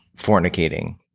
fornicating